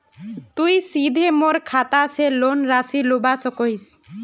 तुई सीधे मोर खाता से लोन राशि लुबा सकोहिस?